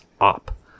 up